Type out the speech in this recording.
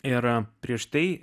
yra prieš tai